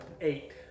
Eight